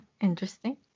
Interesting